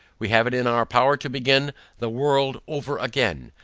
we have it in our power to begin the world over again.